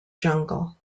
jungle